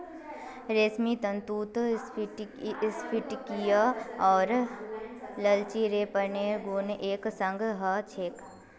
रेशमी तंतुत स्फटिकीय आर लचीलेपनेर गुण एक संग ह छेक